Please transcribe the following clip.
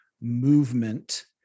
movement